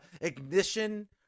ignition